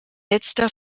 letzter